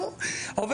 הוא צריך עזרה,